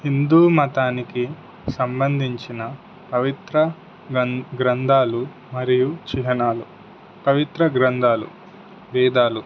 హిందూ మతానికి సంబంధించిన పవిత్ర గ్రంధాలు మరియు చిహ్నాలు పవిత్ర గ్రంధాలు వేదాలు